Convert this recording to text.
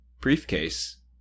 briefcase